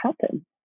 happen